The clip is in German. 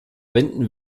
wenden